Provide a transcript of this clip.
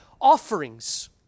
offerings